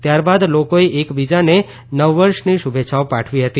ત્યારબાદ લોકોએ એકબીજાને નવવર્ષની શુભેચ્છાઓ પાઠવી હતી